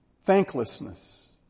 Thanklessness